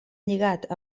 lligat